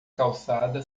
calçada